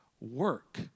work